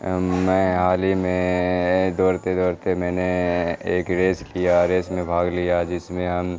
میں حال ہی میں دوڑتے دوڑتے میں نے ایک ریس کیا ریس میں بھاگ لیا جس میں ہم